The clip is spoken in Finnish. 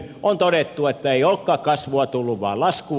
on todettu että ei olekaan kasvua tullut vaan laskua